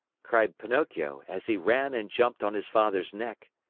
cried pinocchio, as he ran and jumped on his father's neck.